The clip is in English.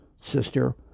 sister